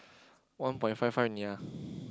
one point five five only ah